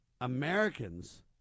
Americans